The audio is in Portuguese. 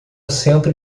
centro